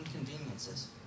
inconveniences